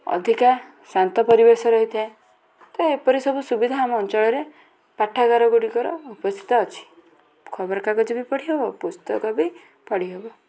ଅଧିକା ଶାନ୍ତ ପରିବେଶ ରହିଥାଏ ତ ଏପରି ସବୁ ସୁବିଧା ଆମ ଅଞ୍ଚଳରେ ପାଠାଗାରଗୁଡ଼ିକର ଉପସ୍ଥିତ ଅଛି ଖବରକାଗଜ ବି ପଢ଼ି ହେବ ପୁସ୍ତକ ବି ପଢ଼ି ହେବ